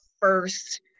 first